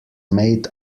made